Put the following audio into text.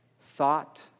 thought